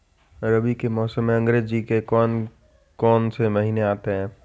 रबी के मौसम में अंग्रेज़ी के कौन कौनसे महीने आते हैं?